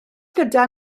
gyda